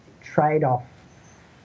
trade-off